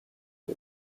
all